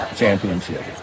championship